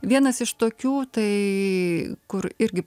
vienas iš tokių tai kur irgi